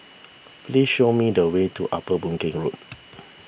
please show me the way to Upper Boon Keng Road